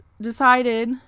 decided